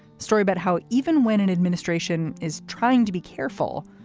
story about how even when an administration is trying to be careful,